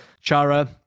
chara